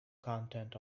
content